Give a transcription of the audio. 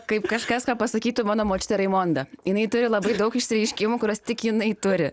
kaip kažkas ką pasakytų mano močiutė raimonda jinai turi labai daug išsireiškimų kuriuos tik jinai turi